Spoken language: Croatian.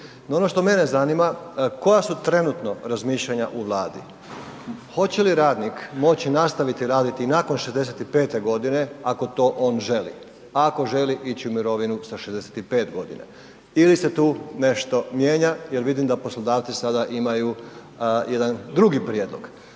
ono što mene zanima koja su trenutno razmišljanja u Vladi, hoće li radnik moći nastaviti raditi i nakon 65 godine ako to on želi, a ako želi ići u mirovinu sa 65 godina? Ili se tu nešto mijenja jer vidim da poslodavci sada imaju jedan drugi prijedlog.